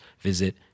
visit